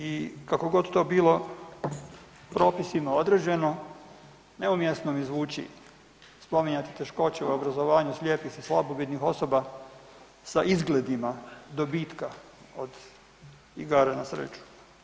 I kako god to bilo propisima određeno neumjesno mi zvuči spominjati teškoće u obrazovanju slijepih i slabovidnih osoba sa izgledima dobitka od igara na sreću.